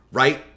right